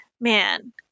Man